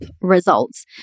results